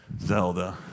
Zelda